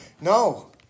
No